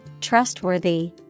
Trustworthy